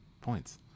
points